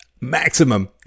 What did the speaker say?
maximum